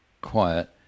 quiet